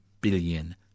billion